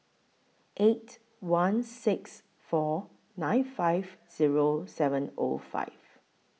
eight one six four nine five Zero seven O five